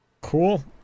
Cool